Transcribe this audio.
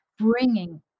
bringing